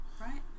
right